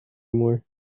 more